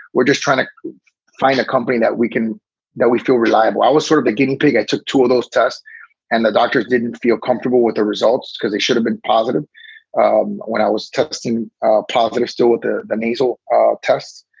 we're just trying to find a company that we can that we feel reliable. i was sort of the but guinea pig. i took two of those tests and the doctors didn't feel comfortable with the results because they should have been positive um when i was texting positive still with the the nasal ah tests,